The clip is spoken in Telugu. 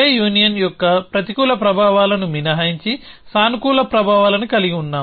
A యూనియన్ యొక్క ప్రతికూల ప్రభావాలను మినహాయించి సానుకూల ప్రభావాలను కలిగి ఉన్నాము